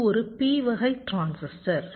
இது ஒரு p வகை டிரான்சிஸ்டர்